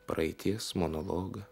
praeities monologą